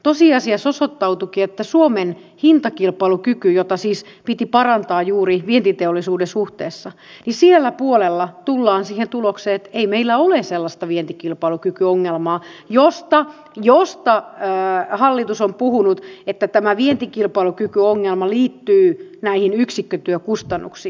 tosiasiassa osoittautuikin että suomen hintakilpailukyvyn suhteen jota siis piti parantaa juuri vientiteollisuuden suhteessa siellä puolella tullaan siihen tulokseen että ei meillä ole sellaista vientikilpailukykyongelmaa josta hallitus on puhunut että tämä vientikilpailukykyongelma liittyy näihin yksikkötyökustannuksiin